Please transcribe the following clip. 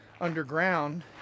underground